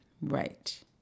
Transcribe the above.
Right